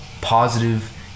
positive